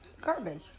Garbage